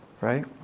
right